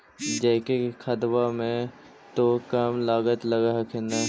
जैकिक खदबा मे तो कम लागत लग हखिन न?